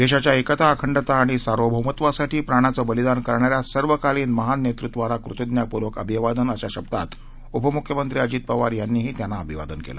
देशाच्या एकता अखंडता आणि सार्वभौमत्वासाठी प्राणांचं बलिदान करणाऱ्या सर्वकालीन महान नेतूत्वाला कृतज्ञतापूर्वक अभिवादन अशा शब्दात उपमुख्यमंत्री अजित पवार यांनीही त्यांना अभिवादन केलं